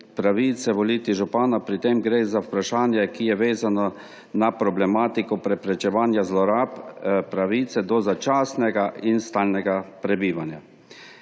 pravice voliti župana. Pri tem gre za vprašanje, ki je vezano na problematiko preprečevanja zlorab pravice do začasnega in stalnega prebivanja.